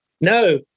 No